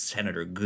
Senator